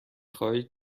خواهید